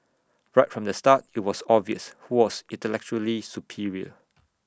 right from the start IT was obvious who was intellectually superior